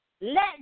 Let